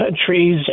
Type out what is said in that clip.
countries